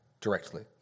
directly